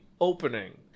opening